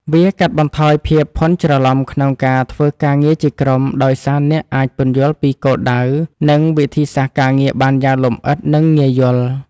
វាកាត់បន្ថយភាពភាន់ច្រឡំក្នុងការធ្វើការងារជាក្រុម ដោយសារអ្នកអាចពន្យល់ពីគោលដៅ និងវិធីសាស្ត្រការងារបានយ៉ាងលម្អិត និងងាយយល់។